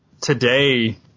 today